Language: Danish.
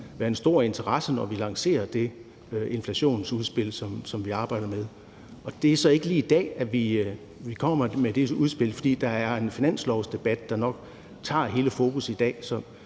være en stor interesse, når vi lancerer det inflationsudspil, som vi arbejder med. Det er så ikke lige i dag, vi kommer med det udspil, for der er en finanslovsdebat, der nok tager hele fokus i dag,